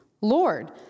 Lord